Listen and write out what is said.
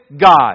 God